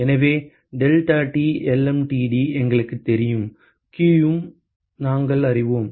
எனவே deltaTlmtd எங்களுக்குத் தெரியும் q யும் நாங்கள் அறிவோம்